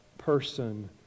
person